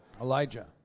Elijah